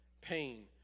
pain